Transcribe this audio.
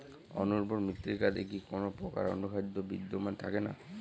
অনুর্বর মৃত্তিকাতে কি কোনো প্রকার অনুখাদ্য বিদ্যমান থাকে না?